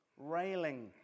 Railing